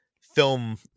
film